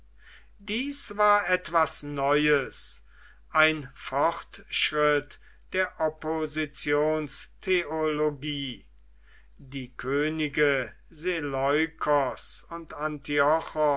dies war etwas neues ein fortschritt der oppositionstheologie die könige seleukos und